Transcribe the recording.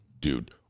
dude